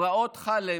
פרעות חלב,